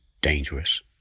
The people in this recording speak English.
dangerous